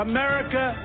America